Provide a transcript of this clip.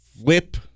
flip